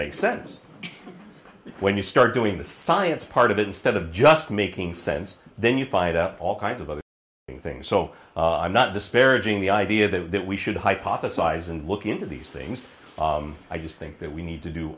makes sense when you start doing the science part of it instead of just making sense then you find out all kinds of other things so i'm not disparaging the idea that we should hypothesize and look into these things i just think that we need to do